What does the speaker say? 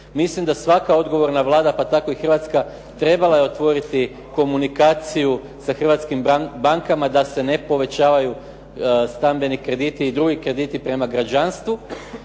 Mislim da svaka odgovorna Vlada pa tako i hrvatska trebala je otvoriti komunikaciju sa hrvatskim bankama da se ne povećavaju stambeni krediti i drugi krediti prema građanstvu.